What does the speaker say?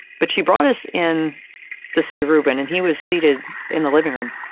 but she brought us in to see reuben and he was seated in the living room,